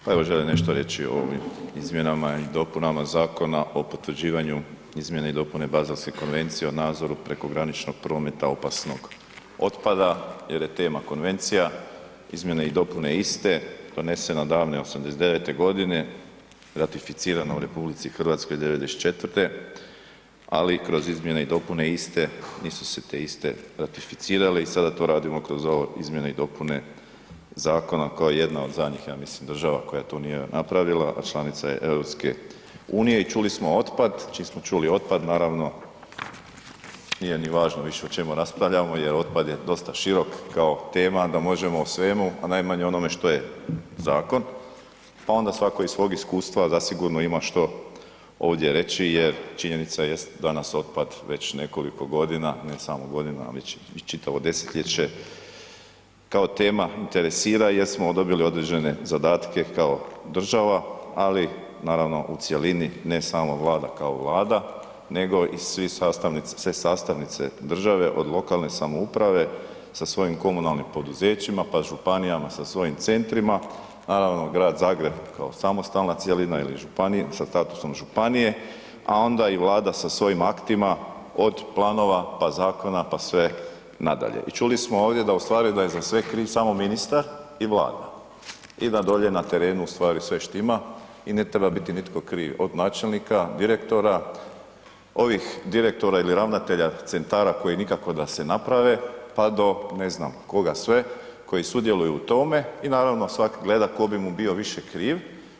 Pa evo želim nešto reći o ovim izmjenama i dopunama Zakona o potvrđivanju izmjene i dopune Baselske konvencije o nadzoru prekograničnog prometa opasnog otpada jer je tema Konvencija izmjene i dopune iste donesene davne '89.g., ratificirana u RH '94., ali kroz izmjene i dopune iste, nisu se te iste ratificirale i sada to radimo kroz ove izmjene i dopune zakona koja je jedna od zadnjih, ja mislim, država koja to nije napravila, a članica je EU i čuli smo otpad, čim smo čuli otpad, naravno nije ni važno više o čemu raspravljamo jer otpad je dosta širok kao tema da možemo o svemu, a najmanje o onome što je zakon, pa onda svatko iz svog iskustva zasigurno ima što ovdje reći jer činjenica jest da nas otpad već nekoliko godina, ne samo godina, već i čitavo desetljeće, kao tema interesira jer smo … [[Govornik se ne razumije]] određene zadatke kao država, ali naravno u cjelini ne samo Vlada kao Vlada nego i sve sastavnice države, od lokalne samouprave sa svojim komunalnim poduzećima, pa županijama sa svojim centrima naravno Grad Zagreb kao samostalna cjelina sa statusom županije, a onda i Vlada sa svojim aktima, od planova, pa zakona, pa sve nadalje i čuli smo ovdje da u stvari da je za sve kriv samo ministar i Vlada i da dolje na terenu u stvari sve štima i ne treba biti nitko kriv, od načelnika, direktora, ovih direktora ili ravnatelja centara koji nikako da se naprave, pa do ne znam koga sve koji sudjeluju u tome i naravno svak gleda tko bi mu bio više kriv.